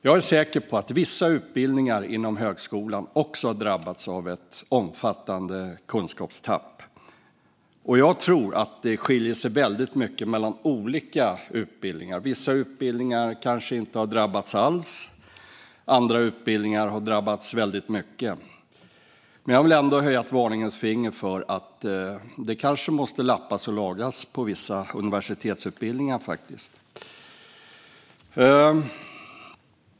Jag är säker på att vissa utbildningar inom högskolan också har drabbats av ett omfattande kunskapstapp. Jag tror att det skiljer sig väldigt mycket mellan olika utbildningar. Vissa utbildningar kanske inte har drabbats alls, och andra har drabbats väldigt mycket. Jag vill ändå höja ett varningens finger för att det kanske måste lappas och lagas på vissa universitetsutbildningar.